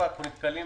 אנחנו נתקלים